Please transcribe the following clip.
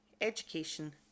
education